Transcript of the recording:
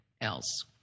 else